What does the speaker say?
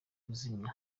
kuzimya